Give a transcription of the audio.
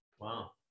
Wow